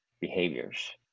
behaviors